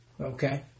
Okay